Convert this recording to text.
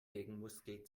gegenmuskel